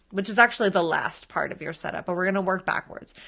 which is actually the last part of your setup, but we're gonna work backwards.